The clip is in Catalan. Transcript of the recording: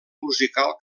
musical